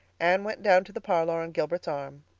anne went down to the parlor on gilbert's arm.